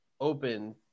open